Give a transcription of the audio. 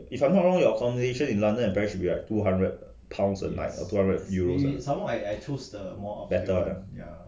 if I'm not wrong your accomodation in london and paris should be like two hundred pounds a night or two hundred a few better one